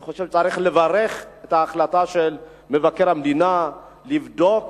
אני חושב שצריך לברך על ההחלטה של מבקר המדינה לבדוק